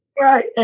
right